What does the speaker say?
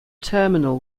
terminal